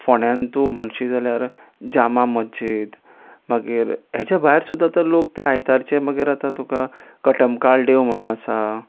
फोण्यान तूं म्हणशी जाल्यार जामा मश्चीद मागीर हेज्या भायर सुद्दां तर लोक ते आयतारचे मागीर आतां तुका कटमगाळ देव म्हणो आसा